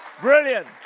Brilliant